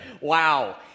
Wow